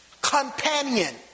companion